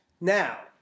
Now